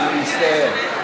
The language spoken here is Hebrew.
שומע, אני מצטער.